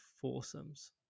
foursomes